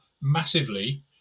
massively